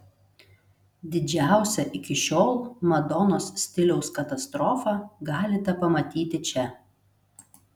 didžiausią iki šiol madonos stiliaus katastrofą galite pamatyti čia